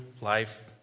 life